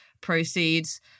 proceeds